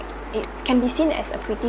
it can be seen as a pretty